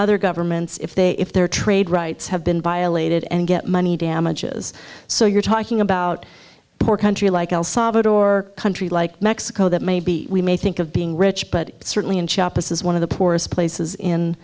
other governments if they if their trade rights have been violated and get money damages so you're talking about country like el salvador a country like mexico that maybe we may think of being rich but certainly in shop as one of the poorest places in